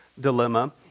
dilemma